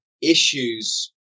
issues